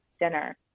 dinner